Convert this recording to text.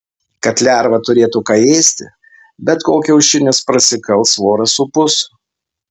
kad lerva turėtų ką ėsti bet kol kiaušinis prasikals voras supus